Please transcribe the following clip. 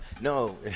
No